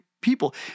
people